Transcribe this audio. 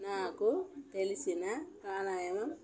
నాకు తెలిసిన ప్రాణాయామం